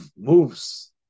moves